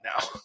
now